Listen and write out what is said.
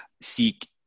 seek